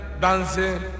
dancing